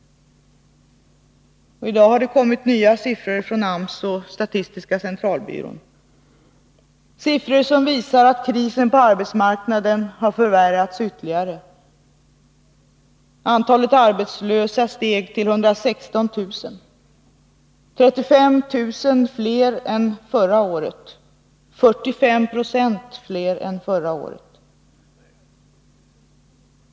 I dag har det kommit nya siffror fftån AMS och statistiska centralbyrån, siffror som visar att krisen på arbetsmarknaden har förvärrats ytterligare. Antalet arbetslösa steg till 116 000. Det är 35 000 fler, 45 92 fler, än förra året.